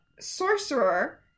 sorcerer